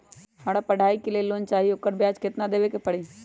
हमरा पढ़ाई के लेल लोन चाहि, ओकर ब्याज केतना दबे के परी?